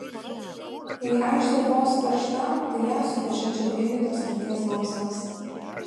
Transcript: jei aikštė ir buvo suteršta tai ją suteršė čia vykdytos mirties bausmės